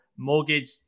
mortgage